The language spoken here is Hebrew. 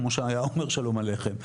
כמו שהיה אומר שלום עליכם,